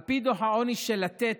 על פי דוח העוני של לתת,